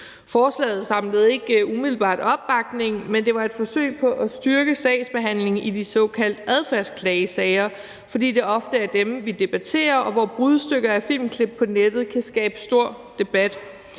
Forslaget samlede ikke umiddelbart opbakning, men det var et forsøg på at styrke sagsbehandlingen i de såkaldte adfærdsklagesager, fordi det ofte er dem, vi debatterer, og hvor brudstykker af filmklip på nettet kan skabe stor debat.